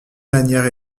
lanière